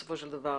בסופו של דבר,